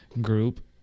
group